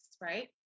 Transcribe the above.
right